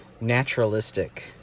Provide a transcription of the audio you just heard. naturalistic